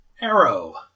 Arrow